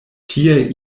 tie